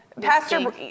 Pastor